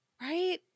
Right